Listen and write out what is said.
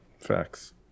Facts